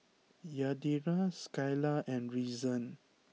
Yadira Skyla and Reason